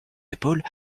épaules